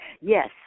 Yes